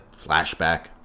flashback